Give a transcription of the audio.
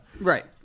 Right